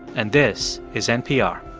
and this is npr